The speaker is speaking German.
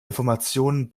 informationen